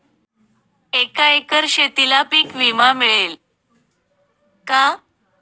एका एकर शेतीला पीक विमा मिळेल का?